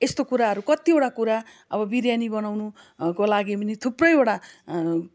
यस्तो कुराहरू कतिवटा कुरा अब बिरयानी बनाउनुको लागि पनि थुप्रैवटा